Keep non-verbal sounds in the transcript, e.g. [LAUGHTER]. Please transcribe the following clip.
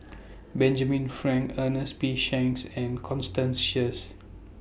[NOISE] Benjamin Frank Ernest P Shanks and Constance Sheares